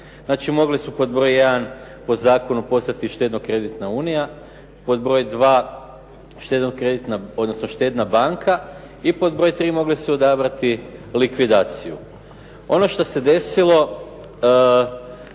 Znači, mogli su pod broj jedan po zakonu postati štedno-kreditna unija. Pod broj dva štedno-kreditna, odnosno štedna banka i pod broj tri mogli su odabrati likvidaciju. Ono što se desilo